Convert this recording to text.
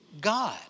God